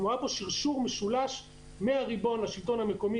היה פה שרשור משולש מהריבון לשלטון המקומי